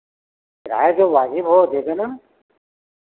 किराया जो वाज़िव हो वो दे देना